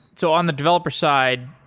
so on the developer side,